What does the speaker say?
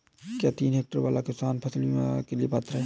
क्या तीन हेक्टेयर वाला किसान फसल बीमा के लिए पात्र हैं?